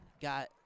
got –